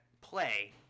play